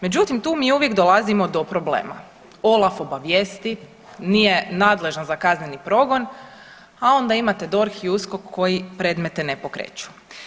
Međutim, tu mi uvijek dolazimo do problema, OLAF obavijesti, nije nadležan za kazneni progon, a onda imate DORH i USKOK koji predmete ne pokreću.